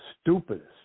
stupidest